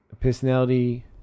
Personality